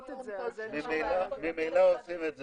והגיע הזמן באמת לבחון את זה בעיניים מדעיות.